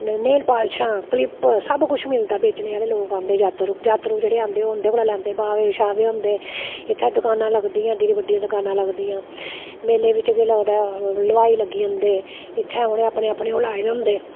nail पालिशां clip सब कुछ मिलदा बेचने आह्ले लोग औंदे यात्रु यात्रु जेह्ड़े औंदे ओह् उं'दे कोला लैंदे बावे शावे होंदे इत्थै दकाना लगदियां एड्डी एड्डी बड्डियां दकानां लगदियां मेले बिच्च केह् लगदा ह्लवाई लग्गी जंदे इत्थै उ'नें अपने अपने ओह् लाए दे होंदे